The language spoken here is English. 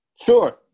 Sure